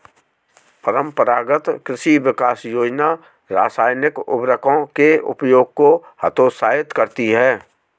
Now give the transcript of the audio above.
परम्परागत कृषि विकास योजना रासायनिक उर्वरकों के उपयोग को हतोत्साहित करती है